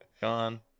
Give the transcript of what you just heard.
gone